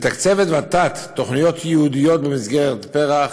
מתקצבת ות"ת תוכניות ייעודיות במסגרת פר"ח,